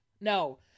No